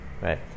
right